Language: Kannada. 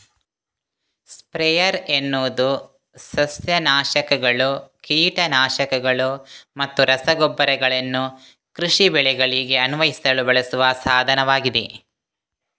ಸ್ಪ್ರೇಯರ್ ಎನ್ನುವುದು ಸಸ್ಯ ನಾಶಕಗಳು, ಕೀಟ ನಾಶಕಗಳು ಮತ್ತು ರಸಗೊಬ್ಬರಗಳನ್ನು ಕೃಷಿ ಬೆಳೆಗಳಿಗೆ ಅನ್ವಯಿಸಲು ಬಳಸುವ ಸಾಧನವಾಗಿದೆ